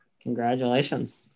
Congratulations